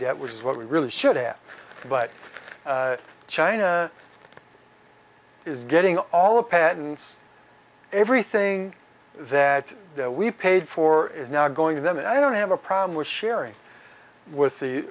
debt which is what we really should have but china is getting all the patents everything that we paid for is now going to them and i don't have a problem with sharing with the